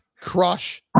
crush